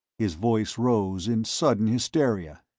his voice rose in sudden hysteria.